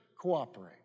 cooperate